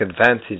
advantage